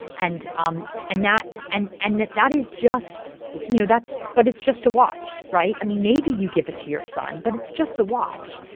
and um and that and and that that is just you know, that's but it's just a watch, right? i mean, maybe you give it to your son, but it's just a watch.